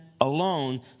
alone